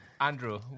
Andrew